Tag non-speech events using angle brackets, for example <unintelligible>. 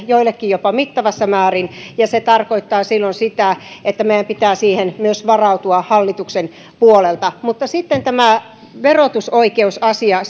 joillekin jopa mittavassa määrin ja se tarkoittaa silloin sitä että meidän pitää siihen myös varautua hallituksen puolelta mutta sitten tätä verotusoikeusasiaa <unintelligible>